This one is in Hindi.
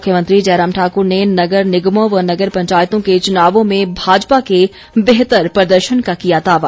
मुख्यमंत्री जयराम ठाकुर ने नगर निगमों व नगर पंचायतों के चुनावों में भाजपा के बेहतर प्रदर्शन का किया दावा